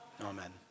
Amen